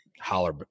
holler